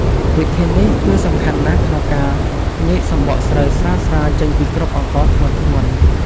វិធីនេះគឺសំខាន់ណាស់ក្នុងការញែកសម្បកស្រូវស្រាលៗចេញពីគ្រាប់អង្ករធ្ងន់ៗ។